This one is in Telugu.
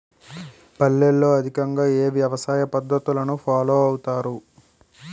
పల్లెల్లో అధికంగా ఏ వ్యవసాయ పద్ధతులను ఫాలో అవతారు?